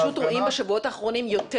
אנחנו פשוט רואים בשבועות האחרונים יותר